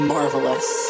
Marvelous